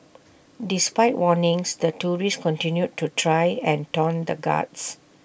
despite warnings the tourists continued to try and taunt the guards